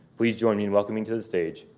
please join me in welcoming to the stage,